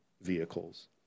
vehicles